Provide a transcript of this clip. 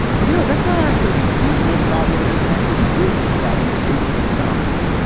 but, you know, that's not actually the usual problem in this country. the usual problems, basically the opposite.